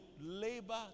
labor